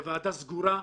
לוועדה סגורה,